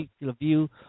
view